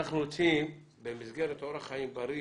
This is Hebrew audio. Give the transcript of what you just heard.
אנחנו רוצים במסגרת אורח חיים בריא